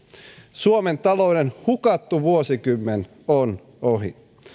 suomen talouden hukattu vuosikymmen on ohi